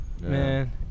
man